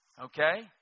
Okay